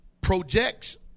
projects